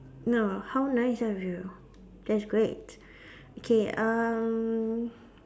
no how nice of you that's great okay um